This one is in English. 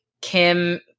kim